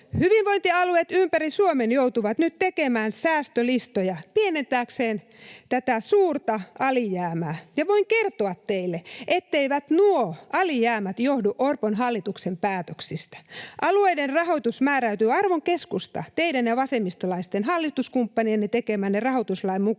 Hyvinvointialueet ympäri Suomen joutuvat nyt tekemään säästölistoja pienentääkseen tätä suurta alijäämää. Ja voin kertoa teille, etteivät nuo alijäämät johdu Orpon hallituksen päätöksistä. Alueiden rahoitus määräytyy, arvon keskusta, teidän ja vasemmistolaisten hallituskumppanienne tekemän rahoituslain mukaisesti.